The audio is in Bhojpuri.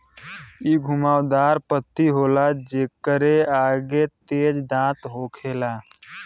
इ घुमाव दार पत्ती होला जेकरे आगे तेज दांत होखेला